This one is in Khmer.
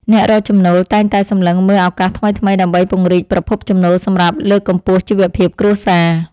អ្នករកចំណូលតែងតែសម្លឹងមើលឱកាសថ្មីៗដើម្បីពង្រីកប្រភពចំណូលសម្រាប់លើកកម្ពស់ជីវភាពគ្រួសារ។